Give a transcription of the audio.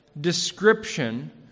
description